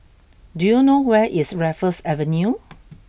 do you know where is Raffles Avenue